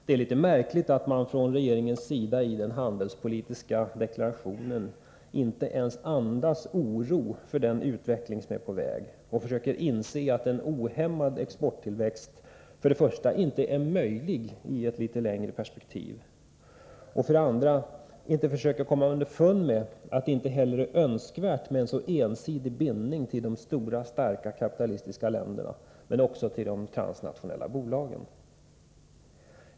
Det är litet märkligt att man från regeringens sida i den handelspolitiska deklarationen för det första inte ens andas oro för den utveckling som är på väg och försöker inse att en ohämmad exporttillväxt inte är möjlig i ett litet längre perspektiv, samt för det andra inte ens försöker komma underfund med att det inte heller är önskvärt med en ensidig bindning till de stora starka kapitalistiska länderna och de transnationella bolagen.